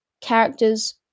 characters